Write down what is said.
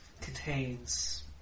contains